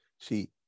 see